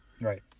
Right